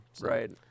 Right